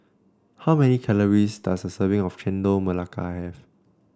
how many calories does a serving of Chendol Melaka have